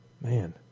Man